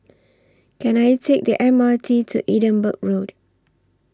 Can I Take The M R T to Edinburgh Road